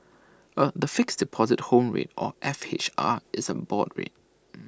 er the Fixed Deposit Home Rate or F H R is A board rate